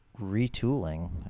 retooling